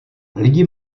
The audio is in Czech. lidi